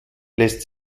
lässt